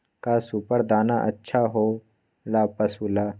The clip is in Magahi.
का सुपर दाना अच्छा हो ला पशु ला?